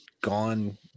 gone